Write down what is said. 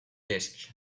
disk